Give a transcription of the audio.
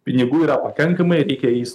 pinigų yra pakankamai reikia jais